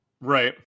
Right